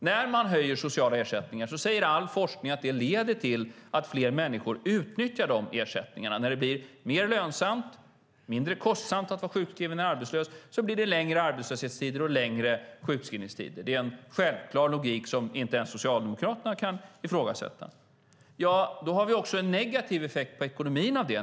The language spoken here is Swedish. När man höjer sociala ersättningar säger all forskning att det leder till att fler människor utnyttjar dessa ersättningar. När det blir mer lönsamt och mindre kostsamt att vara sjukskriven eller arbetslös blir det längre arbetslöshetstider och längre sjukskrivningstider. Det är en självklar logik som inte ens Socialdemokraterna kan ifrågasätta. Då får vi också en negativ effekt på ekonomin.